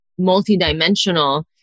multidimensional